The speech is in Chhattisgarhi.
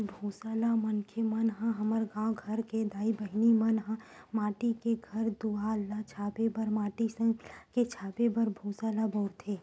भूसा ल मनखे मन ह हमर गाँव घर के दाई बहिनी मन ह माटी के घर दुवार ल छाबे बर माटी संग मिलाके छाबे बर भूसा ल बउरथे